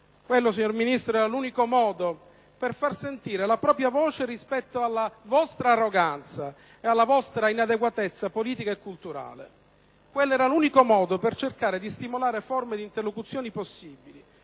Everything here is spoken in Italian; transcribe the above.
Pietro. Signora Ministro, quello era l'unico modo per far sentire la propria voce rispetto alla vostra arroganza e alla vostra inadeguatezza politica e culturale; quello era l'unico modo per cercare di stimolare forme di interlocuzione.